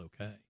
okay